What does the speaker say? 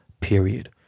period